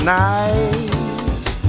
nice